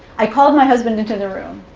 i called my husband into the room,